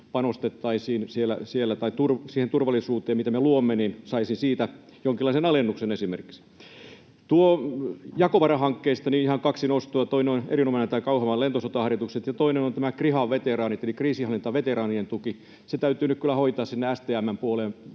panostettaisiin siellä, tai että siitä turvallisuudesta, mitä me luomme, saisi esimerkiksi jonkinlaisen alennuksen. Noista jakovarahankkeista kaksi nostoa. Toinen on erinomainen, nämä Kauhavan lentosotaharjoitukset. Toinen on tämä kriha-veteraanien eli kriisinhallintaveteraanien tuki. Se täytyy nyt kyllä hoitaa STM:n puolelle